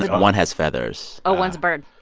like one has feathers oh, one's a bird